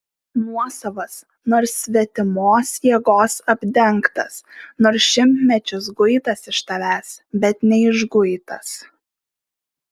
nuosavas nors svetimos jėgos apdengtas nors šimtmečius guitas iš tavęs bet neišguitas